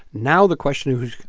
now the question is,